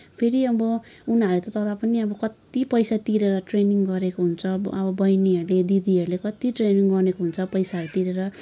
फेरि अब उनीहरू त तर पनि कति पैसा तिरेर ट्रेनिङ गरेको हुन्छ अब बहिनीहरूले दिदीहरूले कति ट्रेनिङ गरेको हुन्छ पैसाहरू तिरेर